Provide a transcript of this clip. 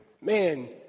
man